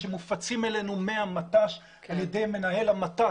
שמופצים אלינו מהמט"ש על ידי מנהל המט"ש